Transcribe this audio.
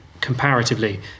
comparatively